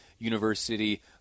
University